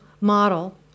model